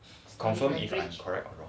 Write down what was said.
confirm if correct